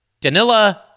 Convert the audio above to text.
Danila